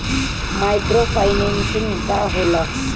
Micro financing का होला?